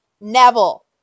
Neville